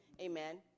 amen